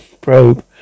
probe